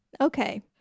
Okay